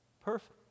perfect